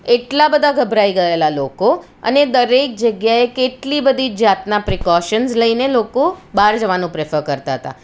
એટલા બધા ગભરાઈ ગયેલા લોકો અને દરેક જગ્યાએ કેટલી બધી જાતનાં પ્રીકોશન્સ લઈને લોકો બહાર જવાનું પ્રિફર કરતાં હતાં